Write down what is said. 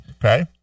Okay